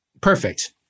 Perfect